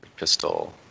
pistol